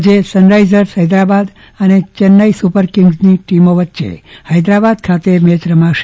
આજે સનરાઈજર્સ ફૈદરાબાદ અને Chennai super kings ટીમો વચ્ચે ફૈદરાબાદ ખાતે મેચ રમાશે